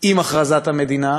עם הכרזת המדינה.